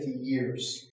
years